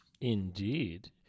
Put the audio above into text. Indeed